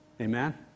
Amen